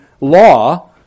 law